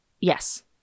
Yes